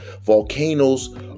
Volcanoes